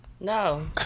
No